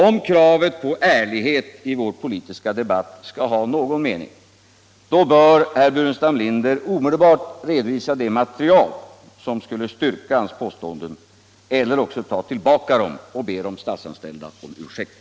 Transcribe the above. Om kravet på ärlighet i vår politiska debatt skall ha någon mening bör herr Burenstam Linder omedelbart redovisa det material som styrker hans påståenden - eller också ta tillbaka dem och be de statsanställda om ursäkt!